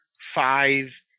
five